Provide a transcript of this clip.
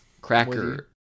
Cracker